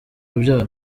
urubyaro